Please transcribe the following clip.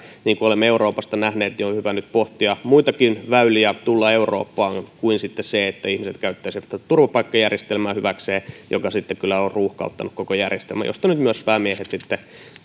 niin kuin olemme euroopasta nähneet on hyvä nyt pohtia muitakin väyliä tulla eurooppaan kuin sitten se että ihmiset käyttäisivät tätä turvapaikkajärjestelmää hyväkseen mikä kyllä on ruuhkauttanut koko järjestelmän josta nyt myös päämiehet